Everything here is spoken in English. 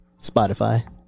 Spotify